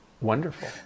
wonderful